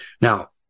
Now